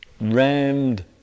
rammed